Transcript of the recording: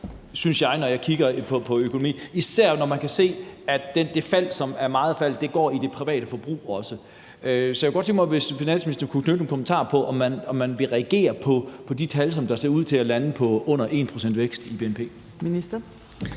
synes jeg, når jeg kigger på økonomien – især når man kan se, at det store fald også er i det private forbrug. Så jeg kunne godt tænke mig, at finansministeren kunne knytte nogle kommentarer til, om man vil reagere på de tal, som ser ud til at lande på under 1 pct. vækst i bnp.